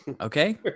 okay